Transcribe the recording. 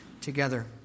together